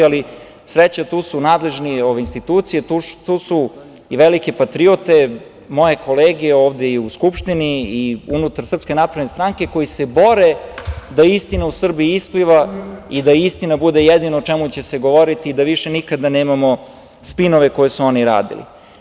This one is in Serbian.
Ali, sreća tu su nadležne institucije, tu su i velike patriote, moje kolege ovde i u Skupštini i unutar SNS koji se bore da istina u Srbiji ispliva i da istina bude jedino o čemu će se govoriti i da više nikada nemamo spinove koje su oni radili.